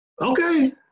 Okay